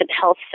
health